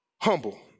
Humble